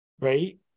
right